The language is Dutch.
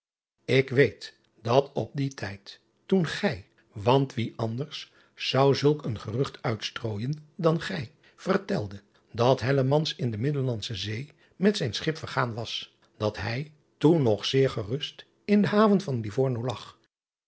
ik weet dat op dien tijd toen gij want wie anders zou zulk een gerucht uitstrooijen dan gij vertelde dat in driaan oosjes zn et leven van illegonda uisman de iddellandsche zee met zijn schip vergaan was dat hij toen nog zeer gerust in de haven van ivorno lag